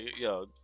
yo